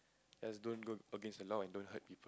just don't go against the law and don't hurt people